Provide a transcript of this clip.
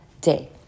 day